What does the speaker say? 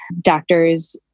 doctors